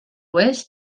oest